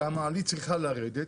שהמעלית צריכה לרדת.